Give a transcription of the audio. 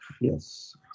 Yes